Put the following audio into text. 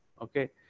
Okay